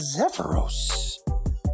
Zephyros